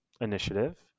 initiative